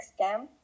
scam